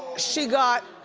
she got,